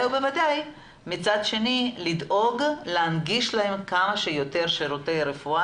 ובוודאי מצד שני לדאוג להנגיש להם כמה שיותר שירותי רפואה,